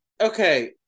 Okay